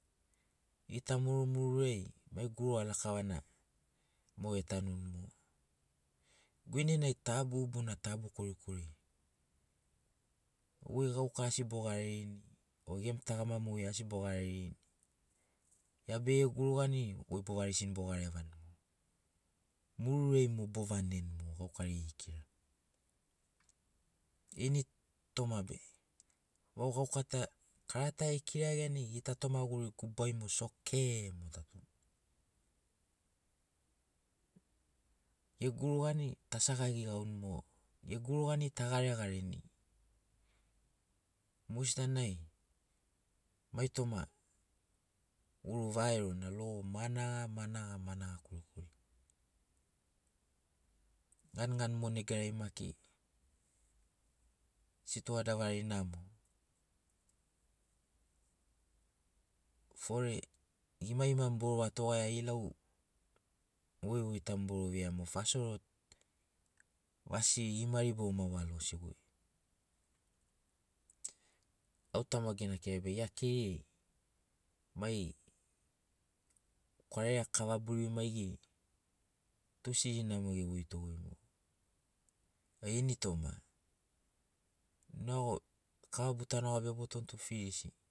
Gita murumururai mai guruga lakavana mo etanuni mo guinenai tabu bona tabu korikori goi gauka asi bogarerini o gemu tagama mogeri asi bogarerini gia be gurugani goi bovarigisini bogarevani mururiai mo bovaneni gauka geri kira ini toma be vau gauka ta kara ta ekiragiani ita toma guru tu gubai mo soke mo tatoni egurugani tasagagi gauni mo egurugani tagaregareni mogesina nai mai toma guru vaerona logo managa managa managa korikori ganigani mo negariai maki sitoa davari namo fore imaima mo boro wa togaia ilau voivoi ta mo boro veia fasoro vasiri imari boma walosiri au tamagu gena kira gia keiri ai mai kwarera kavaburi maigeri tu sirini na mo evoirito a ini toma noeago kavabu ta nogabia botoni tu firisi